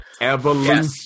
Evolution